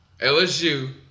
LSU